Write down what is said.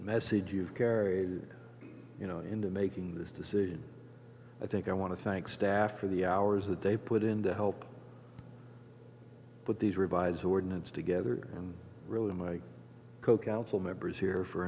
message you've carried into making this decision i think i want to thank staff for the hours that they put in to help put these revised ordinance together and really my co counsel members here for